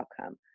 outcome